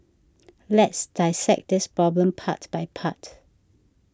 let's dissect this problem part by part